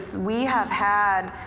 we have had,